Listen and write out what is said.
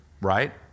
right